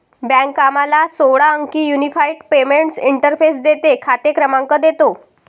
bank आम्हाला सोळा अंकी युनिफाइड पेमेंट्स इंटरफेस देते, खाते क्रमांक देतो